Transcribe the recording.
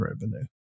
revenue